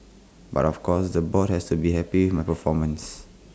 but of course the board has to be happy with my performance